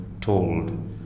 told